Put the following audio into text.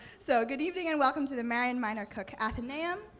so good evening and welcome to the marian miner cook athenaeum.